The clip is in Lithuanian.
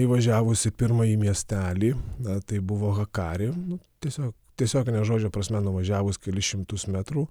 įvažiavus į pirmąjį miestelį na tai buvo hakari tiesiog tiesiogine žodžio prasme nuvažiavus kelis šimtus metrų